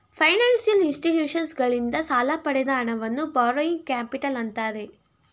financial ಇನ್ಸ್ಟಿಟ್ಯೂಷನ್ಸಗಳಿಂದ ಸಾಲ ಪಡೆದ ಹಣವನ್ನು ಬಾರೋಯಿಂಗ್ ಕ್ಯಾಪಿಟಲ್ ಅಂತ್ತಾರೆ